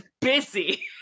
busy